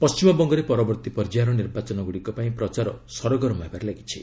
ପଶ୍ଚିମବଙ୍ଗରେ ପରବର୍ତ୍ତୀ ପର୍ଯ୍ୟାୟର ନିର୍ବାଚନ ଗୁଡ଼ିକ ପାଇଁ ପ୍ରଚାର ସରଗରମ ହେବାରେ ଲାଗିଛି